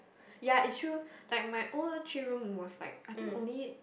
ya is true like my old three room was like I think only